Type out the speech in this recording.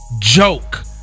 Joke